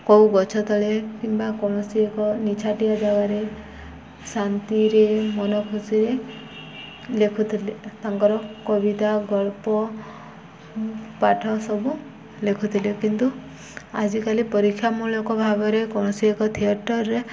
କେଉଁ ଗଛ ତଳେ କିମ୍ବା କୌଣସି ଏକ ନିଛାଟିଆ ଜାଗାରେ ଶାନ୍ତିରେ ମନ ଖୁସିରେ ଲେଖୁଥିଲେ ତାଙ୍କର କବିତା ଗଳ୍ପ ପାଠ ସବୁ ଲେଖୁଥିଲେ କିନ୍ତୁ ଆଜିକାଲି ପରୀକ୍ଷାମୂଳକ ଭାବରେ କୌଣସି ଏକ ଥିଏଟର୍ରେ